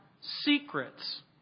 secrets